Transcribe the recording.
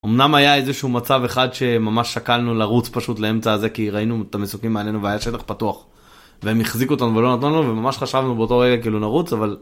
אמנם היה איזשהו מצב אחד שממש שקלנו לרוץ פשוט לאמצע הזה כי ראינו את המסוקים מעלינו והיה שטח פתוח. והם החזיקו אותנו ולא נתנו וממש חשבנו באותו רגע כאילו נרוץ אבל.